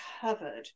covered